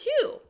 two